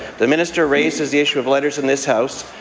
the minister raises the issue of letters in this house.